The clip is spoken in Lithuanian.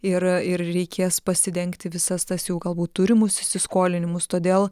ir ir reikės pasidengti visas tas jau galbūt turimus įsiskolinimus todėl